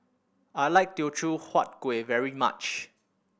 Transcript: I like Teochew Huat Kueh very much